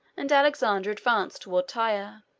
and alexander advanced toward tyre.